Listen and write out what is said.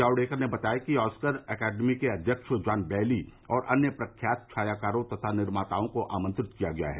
जावड़ेकर ने बताया कि ऑस्कर अकादमी के अध्यक्ष जॉन बैली और अन्य प्रख्यात छायाकारों तथा निर्माताओं को आमंत्रित किया गया है